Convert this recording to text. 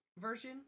version